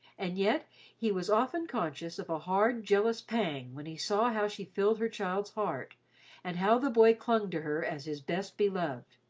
and yet he was often conscious of a hard, jealous pang when he saw how she filled her child's heart and how the boy clung to her as his best beloved.